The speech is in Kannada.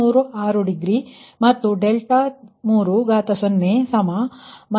936ಡಿಗ್ರಿ ಮತ್ತು ∆Q30 0